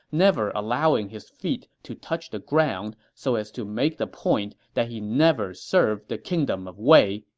never allowing his feet to touch the ground so as to make the point that he never served the kingdom of wei,